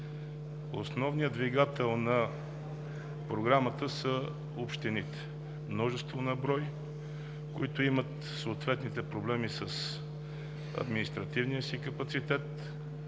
Основният двигател на Програмата са общините – множество на брой, които имат съответните проблеми с административния си капацитет,